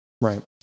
Right